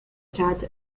starts